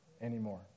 anymore